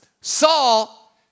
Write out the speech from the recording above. Saul